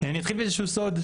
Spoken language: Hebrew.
אני אתחיל מאיזה שהוא סוד,